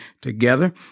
together